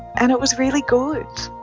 and it was really good,